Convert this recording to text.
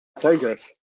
progress